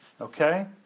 Okay